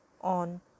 on